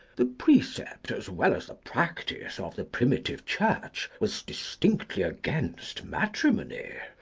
the precept as well as the practice of the primitive church was distinctly against matrimony.